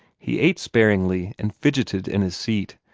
he ate sparingly, and fidgeted in his seat,